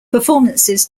performances